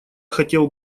хотел